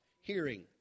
Hearing